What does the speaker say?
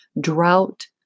drought